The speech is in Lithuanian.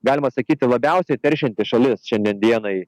galima sakyti labiausiai teršianti šalis šiandien dienai